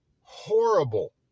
horrible